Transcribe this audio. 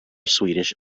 swedish